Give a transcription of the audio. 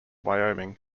wyoming